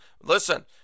listen